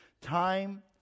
Time